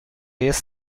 jest